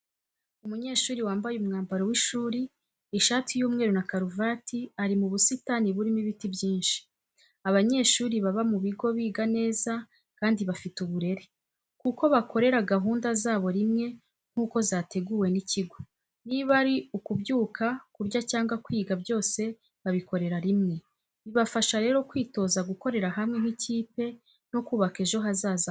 Umunyeshuri wambaye umwambaro w’ishuri, ishati y’umweru na karuvati, ari mu busitani burimo ibiti byinshi. Abanyeshuri baba mu bigo biga neza kandi bafite uburere, kuko bakorera gahunda zabo rimwe nkuko zateguwe n'ikigo, niba ari ukubyuka, kurya cyangwa kwiga byose babikorera rimwe. Bibafasha rero kwitoza gukorera hamwe nk'ikipe no kubaka ejo hazaza habo.